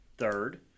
Third